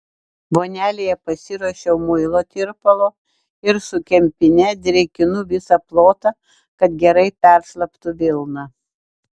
vonelėje pasiruošiau muilo tirpalo ir su kempine drėkinu visą plotą kad gerai peršlaptų vilna